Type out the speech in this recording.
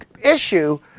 issue